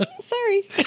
Sorry